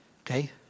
Okay